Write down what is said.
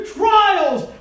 trials